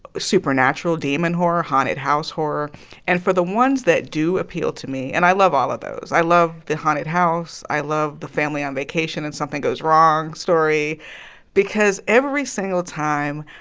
supernatural demon horror, haunted house horror and for the ones that do appeal to me and i love all of those. i love the haunted house. i love the family on vacation and something goes wrong story because every single time,